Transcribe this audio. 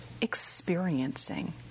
experiencing